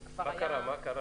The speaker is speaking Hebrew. מה קרה